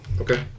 Okay